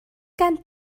gen